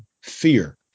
fear